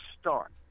start